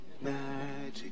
magic